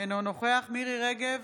אינו נוכח מירי מרים רגב,